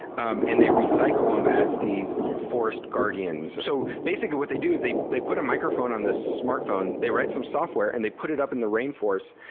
um and they recycle them as these forest guardians. so basically what they do is they they put a microphone on this smartphone, they write some software, and they put it up in the rainforest,